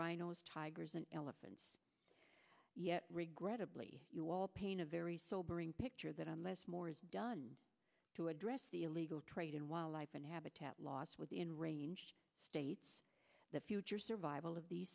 rhinos tigers and elephants yet regrettably you all pain a very sobering picture that unless more is done to address the illegal trade in wildlife and habitat loss within range states the future survival of the